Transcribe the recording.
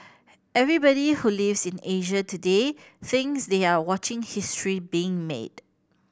everybody who lives in Asia today thinks they are watching history being made